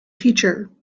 teacher